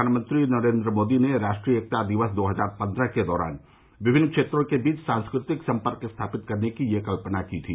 प्रधानमंत्री नरेन्द्र मोदी ने राष्ट्रीय एकता दिवस दो हजार पन्द्रह के दौरान विभिन्न क्षेत्रों के बीच सांस्कृतिक सम्पर्क स्थापित करने की ये कल्पना की थी